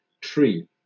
tree